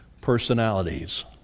personalities